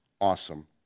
awesome